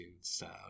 style